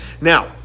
now